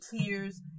tears